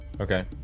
Okay